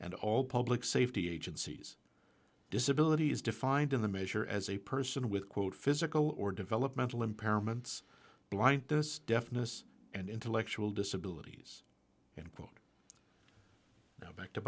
and all public safety agencies disability is defined in the measure as a person with quote physical or developmental impairments blind this deafness and intellectual disability now back to